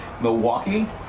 Milwaukee